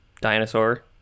Dinosaur